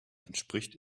entspricht